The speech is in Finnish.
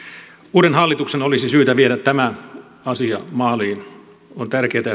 uuden hallituksen olisi syytä viedä tämä asia maaliin on tärkeätä